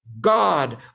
God